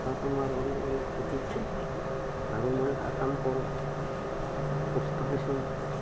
তাত আমাৰ অলপ অলপ প্ৰফিট হয় আৰু মই এটা কাম কৰোঁ পষ্ট অফিচত